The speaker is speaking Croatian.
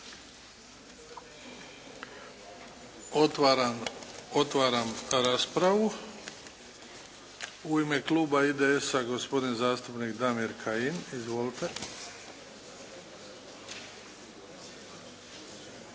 Otvaram raspravu. U ime kluba IDS-a, gospodin zastupnik Damir Kajin. Izvolite.